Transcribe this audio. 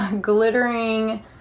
glittering